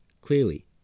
Clearly